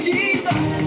Jesus